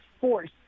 force